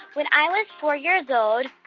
when i was four years old,